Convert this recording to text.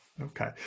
Okay